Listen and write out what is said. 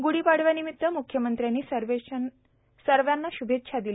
ग्ढीपाडव्यानिमित्त मुख्यमंत्र्यांनी सर्वांना श्भेच्छा दिल्या